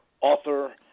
author